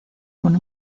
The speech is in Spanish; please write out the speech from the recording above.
con